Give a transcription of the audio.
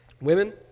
women